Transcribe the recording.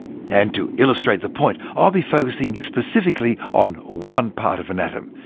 and to illustrate the point, i'll be focusing specifically on one part of an atom,